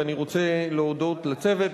ואני רוצה להודות לצוות,